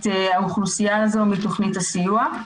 את האוכלוסייה הזאת מתוכנית הסיוע.